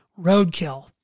roadkill